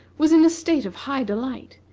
was in a state of high delight.